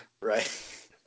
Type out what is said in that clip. Right